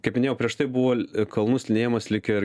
kaip minėjau prieš tai buvo kalnų slidinėjimas lyg ir